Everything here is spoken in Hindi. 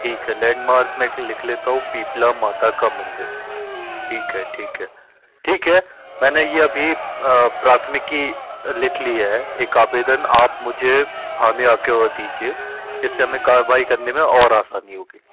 ठीक है लैंडमार्क में से लिख लेता हूं पीपला माता का मंदिर ठीक है ठीक है ठीक है मैंने ये अभी प्राथमिकी लिख ली है एक आवेदन आप मुझे थाने आके और दीजिए जिससे हमें कार्रवाई करने में और आसानी होगी